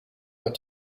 met